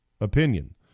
opinion